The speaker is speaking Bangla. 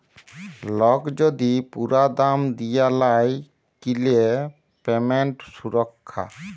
লক যদি পুরা দাম দিয়া লায় কিলে পেমেন্ট সুরক্ষা